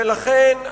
ולכן,